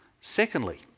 Secondly